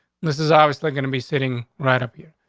this is obviously gonna be sitting right up here.